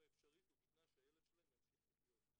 אפשרית ובתנאי שהילד שלהם ימשיך לחיות,